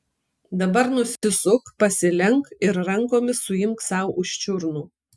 dabar nusisuk pasilenk ir rankomis suimk sau už čiurnų